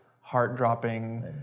heart-dropping